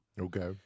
Okay